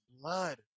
blood